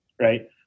right